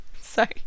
sorry